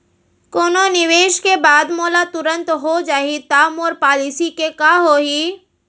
कोनो निवेश के बाद मोला तुरंत हो जाही ता मोर पॉलिसी के का होही?